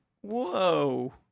Whoa